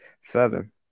seven